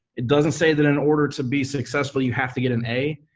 it doesn't say that in order to be successful you have to get an a.